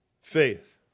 faith